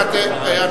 לא.